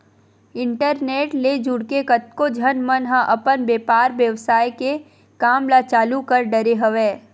internet ले जुड़के कतको झन मन ह अपन बेपार बेवसाय के काम ल चालु कर डरे हवय